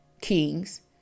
Kings